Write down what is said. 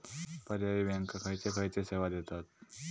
पर्यायी बँका खयचे खयचे सेवा देतत?